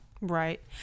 right